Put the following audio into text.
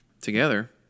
together